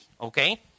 okay